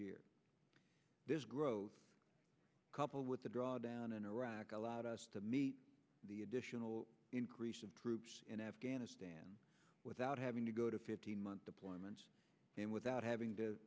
year this growth coupled with the drawdown in iraq allowed us to meet the additional increase of troops in afghanistan without having to go to fifteen month deployments and without having to